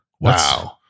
Wow